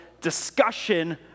discussion